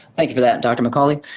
thank you for that, dr. mcauley.